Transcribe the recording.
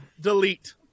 Delete